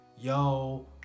yo